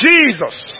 Jesus